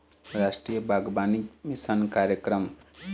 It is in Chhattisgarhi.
रास्टीय बागबानी मिसन कार्यकरम